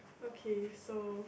okay so